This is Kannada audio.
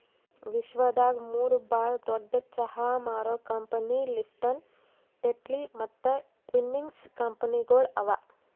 ವಿಶ್ವದಾಗ್ ಮೂರು ಭಾಳ ದೊಡ್ಡು ಚಹಾ ಮಾರೋ ಕಂಪನಿ ಲಿಪ್ಟನ್, ಟೆಟ್ಲಿ ಮತ್ತ ಟ್ವಿನಿಂಗ್ಸ್ ಕಂಪನಿಗೊಳ್ ಅವಾ